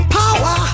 power